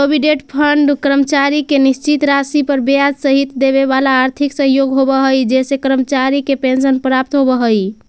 provident fund कर्मचारी के निश्चित राशि पर ब्याज सहित देवेवाला आर्थिक सहयोग होव हई जेसे कर्मचारी के पेंशन प्राप्त होव हई